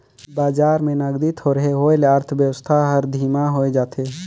बजार में नगदी थोरहें होए ले अर्थबेवस्था हर धीमा होए जाथे